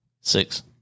Six